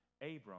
Abram